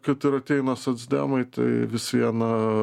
kad ir ateina socdemai tai vis viena